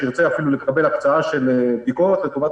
שירצה לקבל הקצאה של בדיקות לטובת